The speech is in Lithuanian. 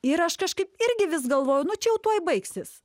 ir aš kažkaip irgi vis galvojau nu čia jau tuoj baigsis